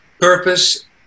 purpose